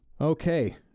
Okay